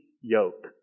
yoke